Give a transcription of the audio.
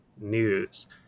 news